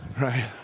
Right